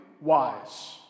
wise